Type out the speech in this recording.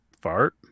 fart